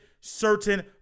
certain